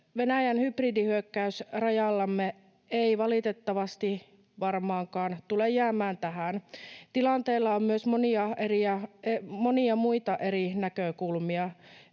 Venäjän hybridihyökkäys rajallamme ei valitettavasti varmaankaan tule jäämään tähän. Tilanteella on myös monia muita eri näkökulmia.